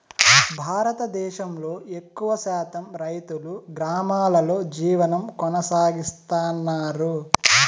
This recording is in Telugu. భారతదేశంలో ఎక్కువ శాతం రైతులు గ్రామాలలో జీవనం కొనసాగిస్తన్నారు